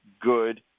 good